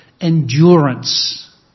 endurance